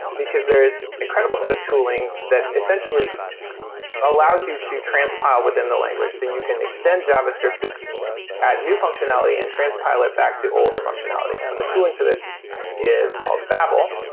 because there is incredible set of tooling that essentially allows you to transpile within the language. so you can extend javascript to add new functionality and transpile it back to older functionality. the tooling for this is called babel.